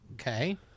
Okay